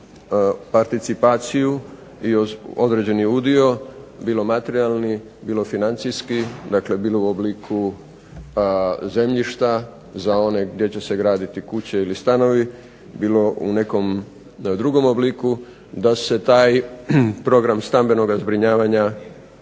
participaciju i određeni udio bilo materijalni, bilo financijski, dakle bilo u obliku zemljišta za one gdje će graditi kuće ili stanovi, bilo u nekom drugom obliku da se taj program stambenoga zbrinjavanja